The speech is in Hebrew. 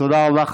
תודה רבה.